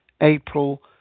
April